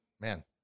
man